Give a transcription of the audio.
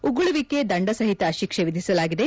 ಉಗುಳುವಿಕೆ ದಂಡ ಸಹಿತ ಶಿಕ್ಷೆ ವಿಧಿಸಲಾಗಿದೆ